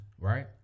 right